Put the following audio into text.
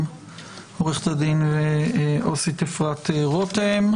עורכת הדין ועובדת סוציאלית אפרת רותם,